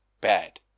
bad